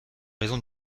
raison